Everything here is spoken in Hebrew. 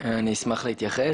אשמח להתייחס.